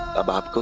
about